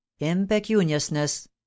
impecuniousness